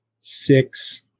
six